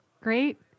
Great